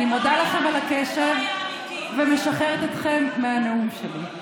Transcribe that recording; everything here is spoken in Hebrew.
אני מודה לכם על הקשב ומשחררת אתכם מהנאום שלי.